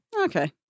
Okay